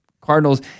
Cardinals